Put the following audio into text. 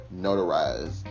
notarized